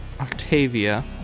Octavia